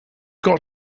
got